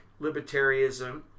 libertarianism